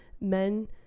men